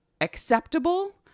acceptable